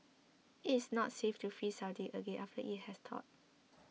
it is not safe to freeze something again after it has thawed